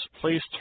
please